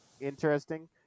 interesting